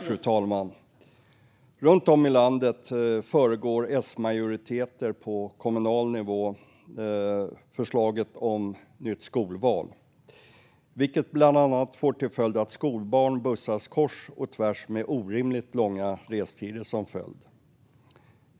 Fru talman! Runt om i landet föregriper S-majoriteter på kommunal nivå förslaget om nytt skolval, vilket bland annat leder till att skolbarn bussas kors och tvärs med orimligt långa restider som följd.